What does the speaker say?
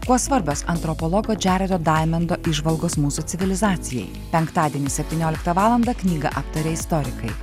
kuo svarbios antropologo džererio daimendo įžvalgos mūsų civilizacijai penktadienį septynioliktą valandą knygą aptaria istorikai